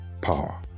power